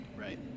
Right